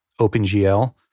OpenGL